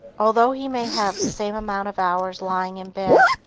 although he may have the same amount of hours lying in bed,